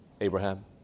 Abraham